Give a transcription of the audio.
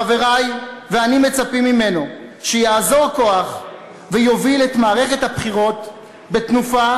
חברי ואני מצפים ממנו שיאזור כוח ויוביל את מערכת הבחירות בתנופה,